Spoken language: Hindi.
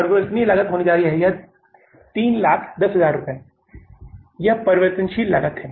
परिवर्तनीय लागत होने जा रही है कि यह 300010 कितना है यह परिवर्तनशील लागत है